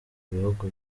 bihugu